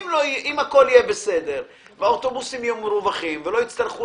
אם הכול יהיה בסדר והאוטובוסים יהיו מרווחים ולא יצטרכו